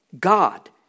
God